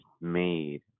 made